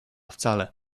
wcale